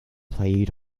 played